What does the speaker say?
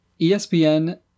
ESPN